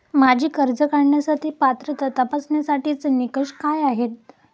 माझी कर्ज काढण्यासाठी पात्रता तपासण्यासाठीचे निकष काय आहेत?